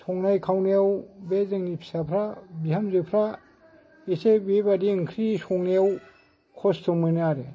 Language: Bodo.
संनाय खावनायाव बे जोंनि फिसाफ्रा बिहामजोफ्रा एसे बेबादि ओंख्रि संनायाव खस्थ' मोनो आरो